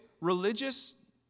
religious